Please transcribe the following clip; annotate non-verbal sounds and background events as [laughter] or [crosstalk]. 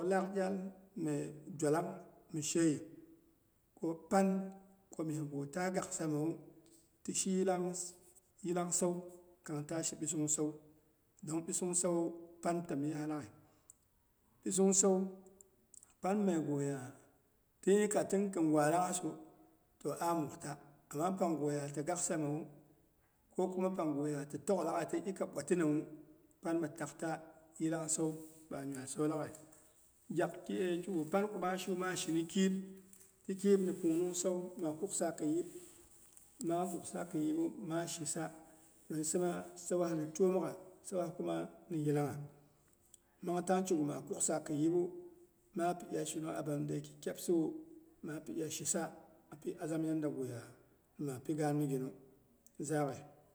Laak yal me dualang misheyɨy ko panko myesgh ta gaksamu tishi yilang san, kangta shi bɨsung san, dong ɓisung sanwu, pan temyɨɨya laghai [hesitation] ɓisung san pang mye guya tin ika tin kɨn walanghasu, toh ahmukta. Ama panguya ti gak samewu, ko kuma panguya ti tok'ghi laghaiya ti ika bwatinawu pan mitak ta yilang san, ba nyuai san laghai gyakkigu pan komishiwu, maa shini kɨib, kɨib ni pungnung san. Maa kuka kin yip, maa kuksa kin yipbu man shisa, don sima sauwa ni twomokgha sauwa kuma ni yilangha, mang tang kigu maa kuksa kɨn yiɓu, maa pi iya shinung abinide ki kyabsiwu, maa pi iya shisa api azam yanda guya maapi gaan miginu zaghe.